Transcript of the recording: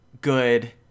good